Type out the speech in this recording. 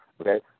okay